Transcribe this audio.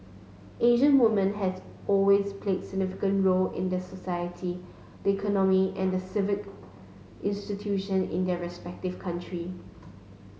Asian woman has always plays a significant role in this society the economy and civic institution in their respective country